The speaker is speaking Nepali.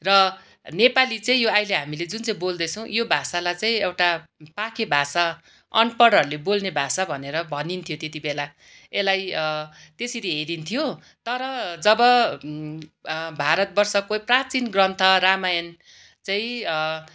र नेपाली चाहिँ यो अहिले हामीले जुन चाहिँ बोल्दैछौँ यो भाषालाई चाहिँ एउटा पाखे भाषा अनपढहरूले बोल्ने भाषा भनेर भनिन्थ्यो त्यतिबेला यसलाई त्यसरी हेरिन्थ्यो तर जब भारतवर्षको प्राचीन ग्रन्थ रामायण चाहिँ